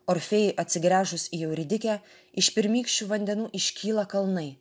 orfėjui atsigręžus į euridikę iš pirmykščių vandenų iškyla kalnai